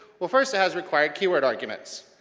well, first it has required keyword arguments.